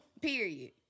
Period